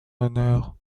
honneur